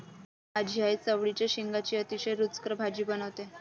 माझी आई चवळीच्या शेंगांची अतिशय रुचकर भाजी बनवते